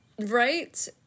Right